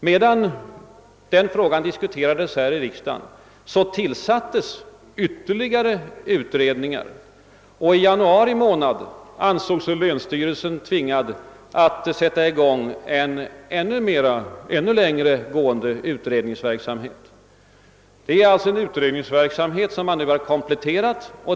Medan den frågan diskuterades här i riksdagen påbörjades emellertid ytterligare utredningar, och i januari månad ansåg sig länsstyrelsen tvingad att sätta i gång en ännu längre gående utredningsverksamhet. De tidigare utredningarna har alltså nu kompletterats.